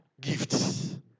gifts